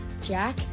Jack